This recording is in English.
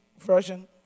version